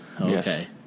Okay